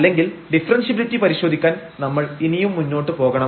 അല്ലെങ്കിൽ ഡിഫറെൻഷ്യബിലിറ്റി പരിശോധിക്കാൻ നമ്മൾ ഇനിയും മുന്നോട്ട് പോകണം